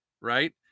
right